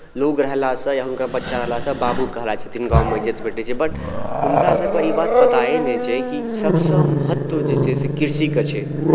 लोक रहलासँ या हुनकर बच्चा रहलासँ बाबू कहलाइ छथिन गाममे इज्जत भेटैत छै बट हुनकासभके ई बात पताए नहि छै कि सभसँ महत्व जे छै से कृषिके छै